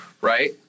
Right